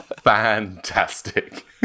Fantastic